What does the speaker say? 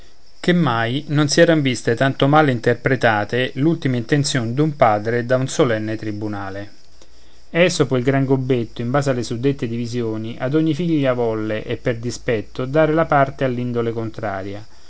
che mai non si eran viste tanto male interpretate l'ultime intenzioni d'un padre da un solenne tribunale esopo il gran gobbetto in base alle suddette divisioni ad ogni figlia volle e per dispetto dare la parte all'indole contraria